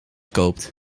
koopt